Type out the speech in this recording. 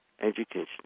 education